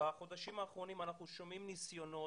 בחודשים האחרונים אנחנו שומעים ניסיונות,